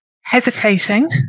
Hesitating